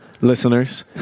listeners